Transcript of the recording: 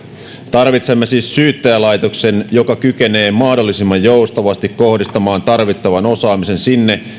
tarvitsemme siis syyttäjälaitoksen joka kykenee mahdollisimman joustavasti kohdistamaan tarvittavan osaamisen sinne